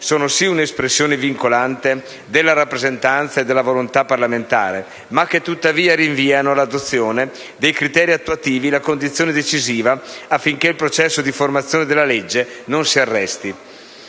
sono sì un'espressione vincolante della rappresentanza e della volontà parlamentare, ma tuttavia rinviano all'adozione dei decreti attuativi la condizione decisiva affinché il processo di formazione della legge non si arresti.